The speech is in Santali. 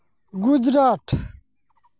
ᱜᱩᱡᱽᱨᱟᱴ